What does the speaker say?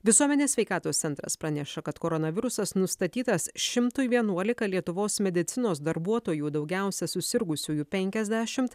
visuomenės sveikatos centras praneša kad koronavirusas nustatytas šimtui vienuolika lietuvos medicinos darbuotojų daugiausia susirgusiųjų penkiasdešimt